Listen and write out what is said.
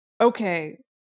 okay